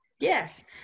Yes